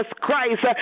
Christ